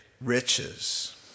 riches